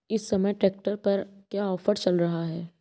इस समय ट्रैक्टर पर क्या ऑफर चल रहा है?